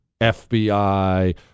FBI